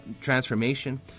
transformation